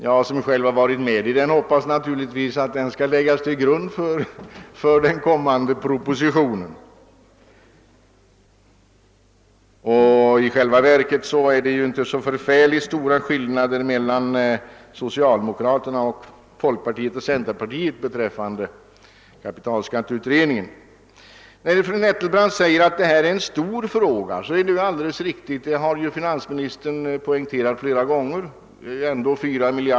Jag som själv deltagit i kapitalskatteberedningens arbete hoppas naturligtvis att dess resultat skall läggas till grund för den kommande propositionen. I själva verket råder det inte särskilt stora meningsskiljaktigheter mellan socialdemokraterna, folkpartiet och centerpartiet beträffande kapitalskatteberedningens förslag. Det är alldeles riktigt, såsom fru Nettelbrandt säger, att det nya skatteförslaget är en stor fråga; det har finansministern också flera gånger poängterat.